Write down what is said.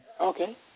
Okay